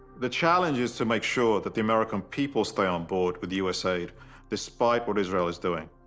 the challenge is to make sure that the american people stay on board with us aid despite what israel is doing.